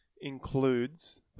includes